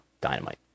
dynamite